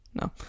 No